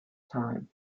time